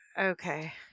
Okay